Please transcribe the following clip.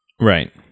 right